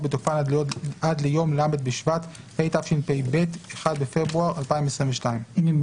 בתוקפן עד ליום ח' בטבת התשפ"ג (1 בינואר 2023) ולא יוארכו יותר.".